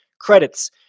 credits